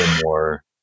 more